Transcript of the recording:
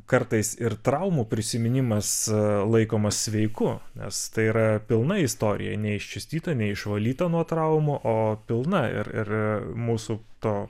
kartais ir traumų prisiminimas laikomas sveiku nes tai yra pilna istorija neiščiustyta neišvalyta nuo traumų o pilna ir ir mūsų to